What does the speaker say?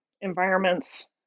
environments